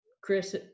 Chris